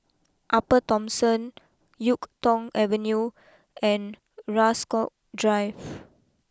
Upper Thomson Yuk Tong Avenue and Rasok Drive